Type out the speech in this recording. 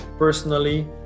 personally